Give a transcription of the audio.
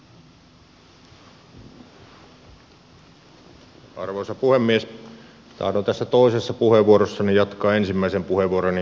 tahdon tässä toisessa puheenvuorossani jatkaa ensimmäisen puheenvuoroni teemoista hieman yksityiskohtaisemmin